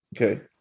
Okay